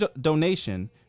donation